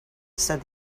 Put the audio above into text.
said